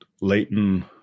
Leighton